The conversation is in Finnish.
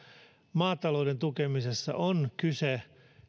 maatalouden tukemisessa on kyse